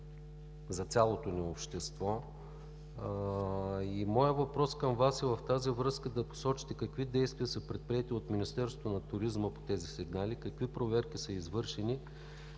за цялото ни общество. Моят въпрос към Вас е в тази връзка да посочите какви действия са предприети от Министерството на туризма по тези сигнали? Какви проверки са извършени?